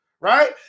Right